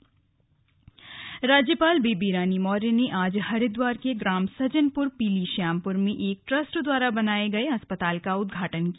slug राज्यपाल राज्यपाल बेबी रानी मौर्य ने आज हरिद्वार के ग्राम सजनपुर पीली श्यामपुर में एक ट्रस्ट द्वारा बनाए गए अस्पताल का उद्घाटन किया